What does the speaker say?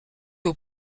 aux